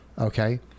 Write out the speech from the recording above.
Okay